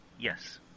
Yes